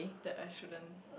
that I shouldn't